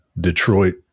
Detroit